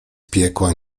piekła